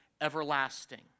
Everlasting